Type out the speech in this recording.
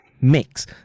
mix